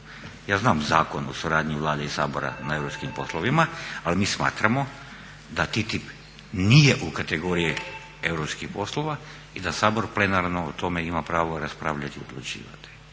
Ja znam Zakon o suradnji Vlade i Sabora na europskim poslovima, ali mi smatramo da TTIP nije u kategoriji europskih poslova i da Sabor plenarno o tome ima pravo raspravljati i odlučivati.